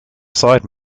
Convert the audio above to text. side